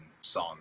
song